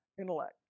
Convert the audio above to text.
intellect